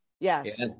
Yes